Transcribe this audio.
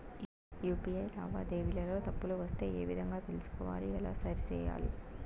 UPI లావాదేవీలలో తప్పులు వస్తే ఏ విధంగా తెలుసుకోవాలి? ఎలా సరిసేయాలి?